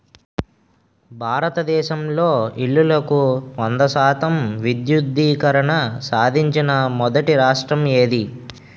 భారతదేశంలో ఇల్లులకు వంద శాతం విద్యుద్దీకరణ సాధించిన మొదటి రాష్ట్రం ఏది?